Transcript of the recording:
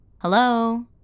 Hello